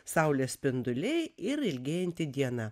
saulės spinduliai ir ilgėjanti diena